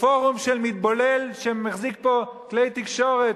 בפורום של מתבולל שמחזיק פה כלי תקשורת,